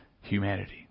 humanity